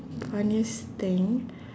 funniest thing